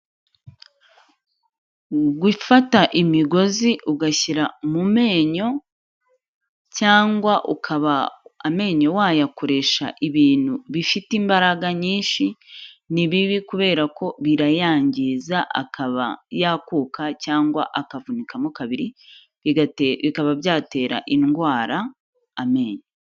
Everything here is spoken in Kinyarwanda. Gufata imigozi ugashyira mu menyo cyangwa ukaba amenyo wayakoresha ibintu bifite imbaraga nyinshi, ni bibi kubera ko birayangiriza akaba yakuka cyangwa akavunikamo kabiri, bikaba byatera indwara amenyo.